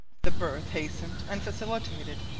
the birth hastened and facilitated,